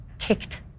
kicked